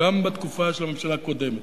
גם בתקופה של הממשלה הקודמת,